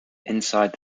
inside